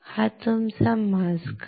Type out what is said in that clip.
हा तुमचा मास्क आहे